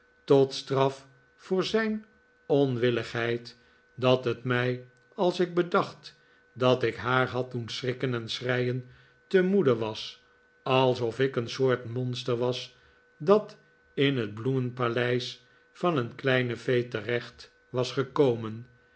tot straf voor zijn onwilligheid dat het mij als ik bedacht dat ik haar had doen schrikken en schreien te moede was alsof ik een soort monster was dat in het bloemenpaleis van een kleine fee terecht was gekomen